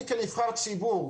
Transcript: אני כנבחר ציבור,